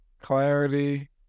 clarity